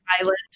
island